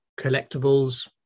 collectibles